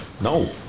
No